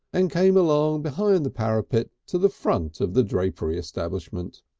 and came along behind the parapet to the front of the drapery establishment.